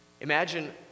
Imagine